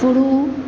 शुरू